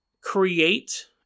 Create